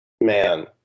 man